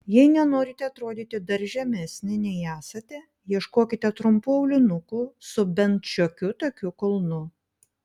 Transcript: jei nenorite atrodyti dar žemesnė nei esate ieškokite trumpų aulinukų su bent šiokiu tokiu kulnu